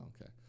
okay